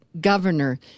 governor